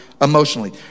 emotionally